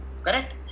Correct